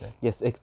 yes